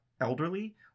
elderly